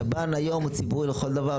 שב"ן היום הוא ציבורי לכל דבר,